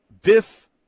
Biff